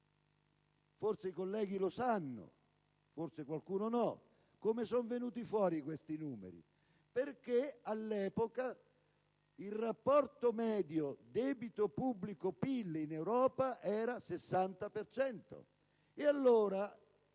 Forse i colleghi lo sanno, forse qualcuno non